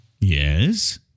Yes